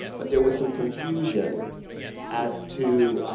but there was some confusion as to,